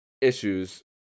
issues